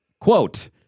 Quote